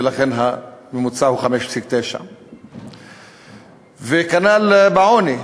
ולכן הממוצע הוא 5.9%. וכנ"ל בעוני.